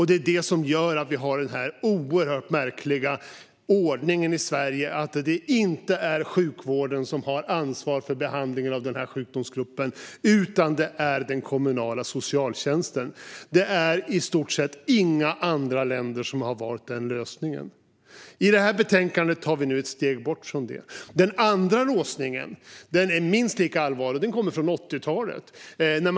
Det är det som gör att vi har denna oerhört märkliga ordning i Sverige att det inte är sjukvården som har ansvar för behandlingen av denna sjukdomsgrupp utan den kommunala socialtjänsten. Det är i stort sett inga andra länder som har valt denna lösning. I detta betänkande tar vi nu ett steg bort från det. Den andra låsningen är minst lika allvarlig, och den kommer från 1980-talet.